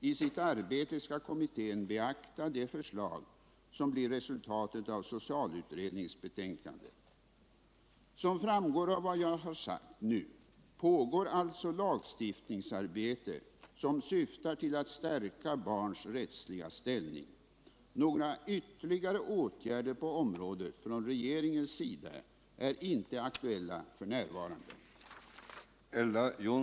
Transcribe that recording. I sitt arbete skall kommittén beakta de förslag som blir resultatet av socialutredningens betänkande. "Som framgår av vad jag har sagt nu pågår alltså lagstiftningsarbete som syftar till att stärka barns rättsliga ställning. Några ytterligare åtgärder på området från regeringens sida är inte aktuella f. n.